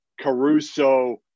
Caruso